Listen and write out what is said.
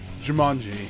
Jumanji